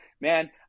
Man